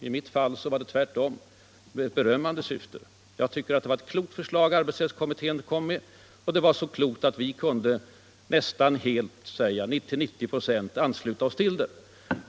I mitt fall var det tvärtom; jag uttalade mig i berömmande syfte. Jag tycker att det var ett klokt förslag arbetsrättskommittén kom med. Det var så klokt att vi till 90 96 kunde ansluta oss till det.